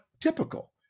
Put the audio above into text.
typical